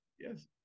Yes